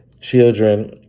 children